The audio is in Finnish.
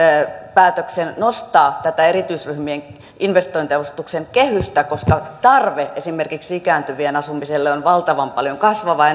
päätöksen nostaa tätä erityisryhmien investointiavustuksen kehystä koska tarve esimerkiksi ikääntyvien asumiselle on valtavan paljon kasvava